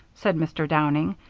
said mr. downing,